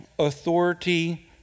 authority